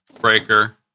breaker